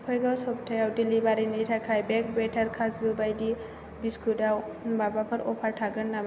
फैगौ सप्तायाव दिलिभारिनि थाखाय बेक बेटार काजु बायदि बिस्कुटआव माबाफोर अफार थागोन नामा